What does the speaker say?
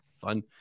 fun